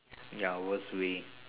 ya worst way